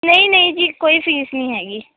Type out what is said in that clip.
ਨਹੀਂ ਨਹੀਂ ਜੀ ਕੋਈ ਫੀਸ ਨਹੀਂ ਹੈਗੀ